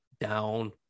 down